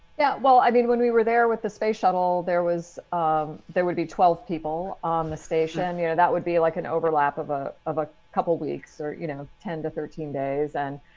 yeah, well, i mean, when we were there with the space shuttle, there was there would be twelve people on the station. yeah. that would be like an overlap of ah of a couple weeks or, you know, ten to thirteen days and.